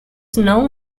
known